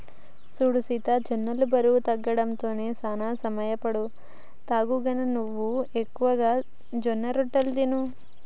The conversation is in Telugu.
సూడు సీత జొన్నలు బరువు తగ్గడంలో సానా సహయపడుతాయి, గనక నువ్వు ఎక్కువగా జొన్నరొట్టెలు తిను